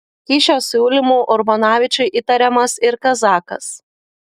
kyšio siūlymu urbonavičiui įtariamas ir kazakas